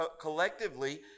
collectively